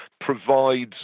provides